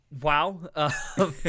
Wow